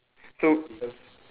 so